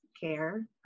care